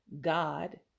God